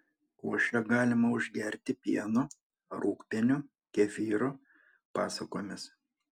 košę galima užgerti pienu rūgpieniu kefyru pasukomis